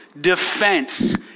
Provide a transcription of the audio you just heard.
defense